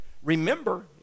Remember